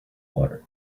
water